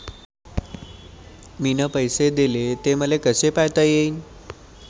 मिन पैसे देले, ते मले कसे पायता येईन?